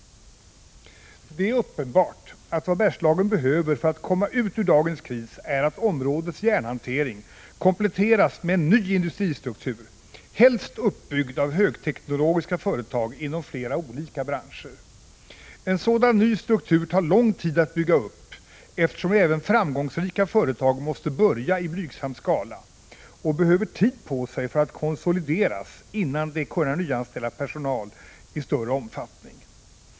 Det är uppenbart att vad Bergslagen behöver för att komma ut ur dagens kris är att områdets järnhantering kompletteras med en ny industristruktur, helst uppbyggd av högteknologiska företag inom flera olika branscher. En sådan ny struktur tar lång tid att bygga upp, eftersom även framgångsrika företag måste börja i blygsam skala och behöver tid på sig för att konsolideras innan de kan nyanställa personal i större omfattning.